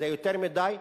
זה יותר מדי.